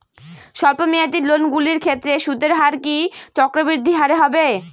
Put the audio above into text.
স্বল্প মেয়াদী লোনগুলির ক্ষেত্রে সুদের হার কি চক্রবৃদ্ধি হারে হবে?